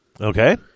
okay